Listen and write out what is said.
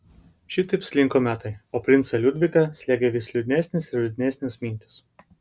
šitaip slinko metai o princą liudviką slėgė vis liūdnesnės ir liūdnesnės mintys